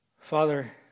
Father